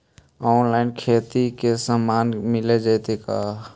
Online खेती के सामान मिल जैतै का?